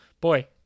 Boy